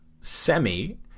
semi